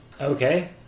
Okay